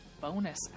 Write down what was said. bonus